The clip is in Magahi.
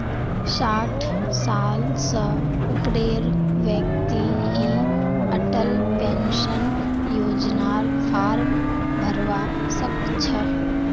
साठ साल स ऊपरेर व्यक्ति ही अटल पेन्शन योजनार फार्म भरवा सक छह